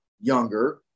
younger